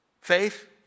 faith